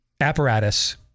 apparatus